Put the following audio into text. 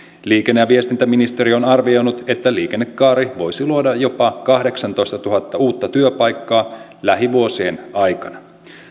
liikenne ja viestintäministeriö on arvioinut että liikennekaari voisi luoda jopa kahdeksantoistatuhatta uutta työpaikkaa lähivuosien aikana